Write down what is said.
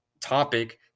topic